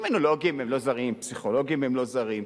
קרימינולוגים לא זרים, פסיכולוגים לא זרים.